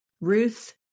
Ruth